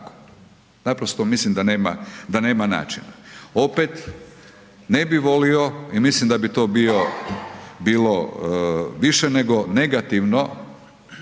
Naprosto mislim da nema, da nema načina. Opet, ne bi volio i mislim da bi to bilo više nego negativno,